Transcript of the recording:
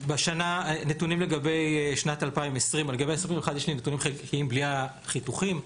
נתונים לגבי שנת 2020 לגבי 2021 יש לי נתונים חלקיים בלי החיתוכים,